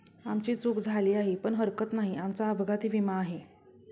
आमची चूक झाली आहे पण हरकत नाही, आमचा अपघाती विमा आहे